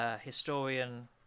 Historian